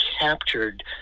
captured